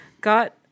got